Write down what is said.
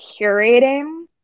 curating